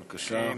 בבקשה.